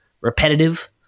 repetitive